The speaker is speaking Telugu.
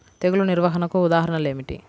తెగులు నిర్వహణకు ఉదాహరణలు ఏమిటి?